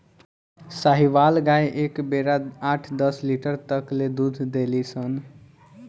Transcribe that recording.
साहीवाल गाय एक बेरा आठ दस लीटर तक ले दूध देली सन